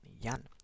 Yan